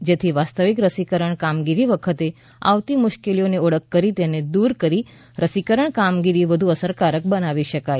જેથી વાસ્તવિક રસીકરણ કામગીરી વખતે આવતી મુશ્કેલીઓની ઓળખ કરી તેને દૂર કરી રસીકરણ કામગીરી વધુ અસરકારક બનાવી શકાય